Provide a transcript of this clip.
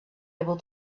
able